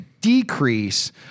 decrease